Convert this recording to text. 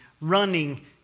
running